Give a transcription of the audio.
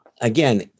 Again